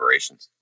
collaborations